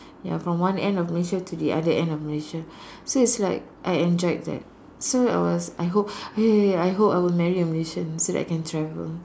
ya from one end of Malaysia to the other end of Malaysia so it's like I enjoyed that so I was I hope I I hope I will marry a Malaysian so that I can travel